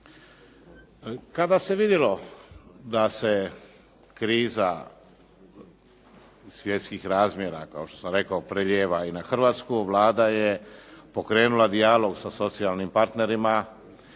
Kada se vidjelo da se kriza svjetskih razmjera kao što sam rekao prelijeva i na Hrvatsku, Vlada je pokrenula dijalog sa socijalnim partnerima